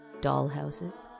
dollhouses